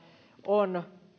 on